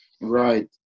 Right